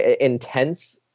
intense